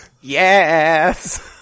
Yes